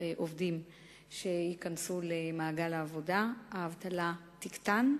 עובדים ייכנסו למעגל העבודה והאבטלה תקטן.